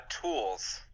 tools